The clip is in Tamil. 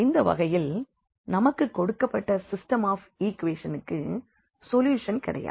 இந்த வகையில் நமக்குக் கொடுக்கப்பட்ட சிஸ்டம் ஆஃப் ஈக்வெஷ னுக்கு சொல்யூஷன் கிடையாது